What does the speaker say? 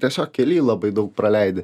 tiesiog kely labai daug praleidi